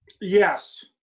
Yes